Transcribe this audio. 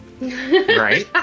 Right